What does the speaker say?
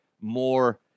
more